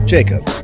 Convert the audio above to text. Jacob